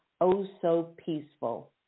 oh-so-peaceful